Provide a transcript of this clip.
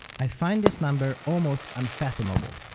i find this number almost unfathomable.